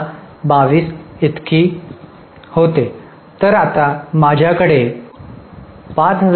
तर आता माझ्याकडे 5500 युनिट्स आहेत